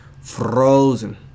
Frozen